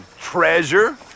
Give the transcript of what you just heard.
treasure